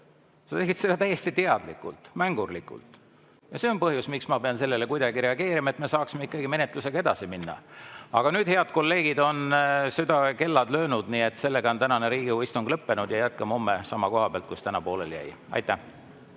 Sa tegid seda täiesti teadlikult, mängurlikult. Ja see on põhjus, miks ma pean sellele kuidagi reageerima, et me saaksime ikkagi menetlusega edasi minna. Aga nüüd, head kolleegid, on südaöö kellad löönud. Nii et tänane Riigikogu istung on lõppenud ja jätkame homme sama koha pealt, kus täna pooleli jäi. Aitäh!